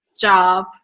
job